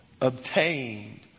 obtained